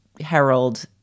herald